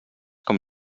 com